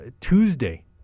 Tuesday